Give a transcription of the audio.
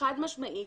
החד משמעית,